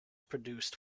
produced